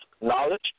knowledge